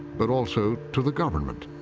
but also to the government.